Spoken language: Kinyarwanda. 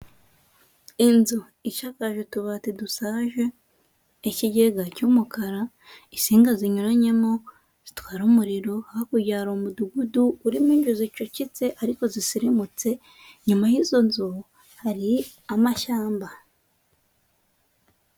Inzu ishakaje utubati dushaje, ikigega cy'umukara, insinga zinyuranyemo zitwara umuriro, hakurya hari umudugudu urimo inzu zicucitse ariko zisirimutse, inyuma y'izo nzu hari amashyamba.